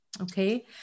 okay